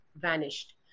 vanished